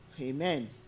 amen